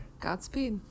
Godspeed